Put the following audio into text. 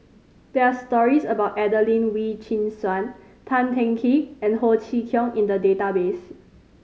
there are stories about Adelene Wee Chin Suan Tan Teng Kee and Ho Chee Kong in the database